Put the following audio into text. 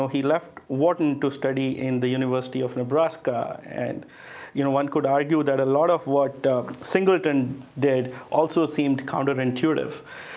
he left wharton to study in the university of nebraska. and you know one could argue that a lot of what singleton did also seemed counter intuitive.